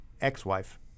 ex-wife